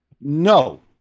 No